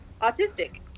autistic